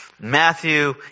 Matthew